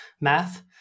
math